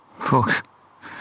Fuck